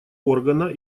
органа